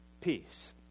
peace